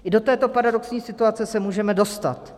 I do této paradoxní situace se můžeme dostat.